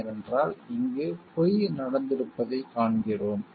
ஏனென்றால் இங்கு பொய் நடந்திருப்பதைக் காண்கிறோம்